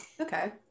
okay